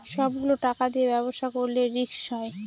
সব গুলো টাকা দিয়ে ব্যবসা করলে রিস্ক হয়